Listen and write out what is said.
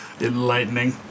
Enlightening